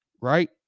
Right